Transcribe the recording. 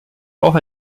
auch